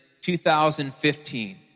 2015